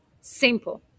Simple